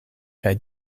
kaj